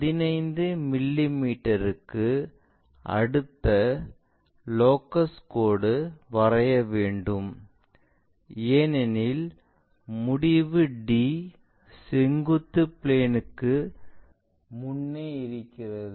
15 மில்லி மீட்டருக்கு அடுத்த லோகஸ் கோடு வரைய வேண்டும் ஏனெனில் முடிவு D செங்குத்து பிளேன் க்கு முன்னே இருக்கிறது